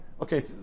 okay